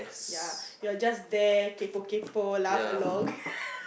yeah your just there kaypoh kaypoh laugh along